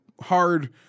hard